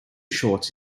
shorts